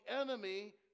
enemy